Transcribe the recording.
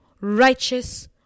righteous